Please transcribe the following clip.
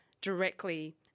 directly